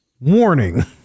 warning